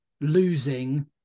losing